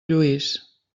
lluís